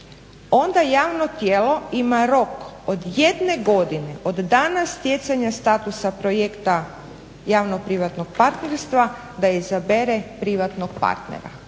onda javno tijelo ima rok od jedne godine od dana stjecanja statusa projekta javnog privatnog partnerstva da izabere privatnog partnera.